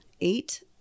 eight